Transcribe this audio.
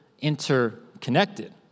interconnected